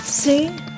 See